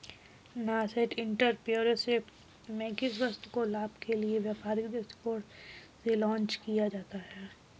nascent entrepreneurship में किसी वस्तु को लाभ के लिए व्यापारिक दृष्टिकोण से लॉन्च किया जाता है